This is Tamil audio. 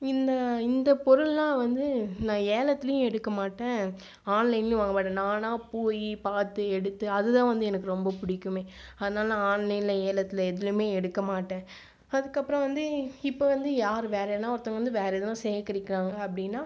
இந்த இந்த பொருள் எல்லாம் வந்து நான் ஏலத்திலும் எடுக்க மாட்டேன் ஆன்லைன்லும் வாங்க மாட்டேன் நானாக போய் பார்த்து எடுத்து அதுதான் வந்து எனக்கு ரொம்ப பிடிக்குமே அதனால் நான் ஆன்லைனில் ஏலத்தில் எதிலுமே எடுக்க மாட்டேன் அதற்கு அப்புறம் வந்து இப்போ வந்து யார் வேறு யார்னாலும் ஒருத்தவங்க வந்து வேறு எதாவது சேகரிக்கிரார்கள் அப்படின்னா